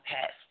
past